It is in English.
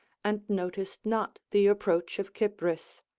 and noticed not the approach of cypris.